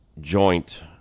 joint